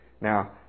Now